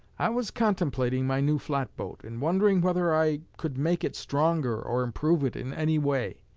i was contemplating my new flatboat, and wondering whether i could make it stronger or improve it in any way,